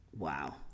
Wow